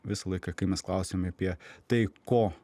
visą laiką kai mes klausiam apie tai ko